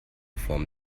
form